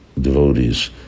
devotees